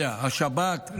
השב"כ,